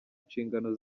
inshingano